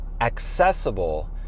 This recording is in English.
accessible